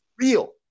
real